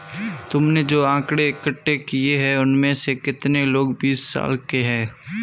तुमने जो आकड़ें इकट्ठे किए हैं, उनमें से कितने लोग बीस साल के हैं?